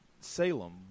Salem